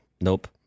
nope